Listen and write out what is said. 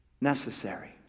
necessary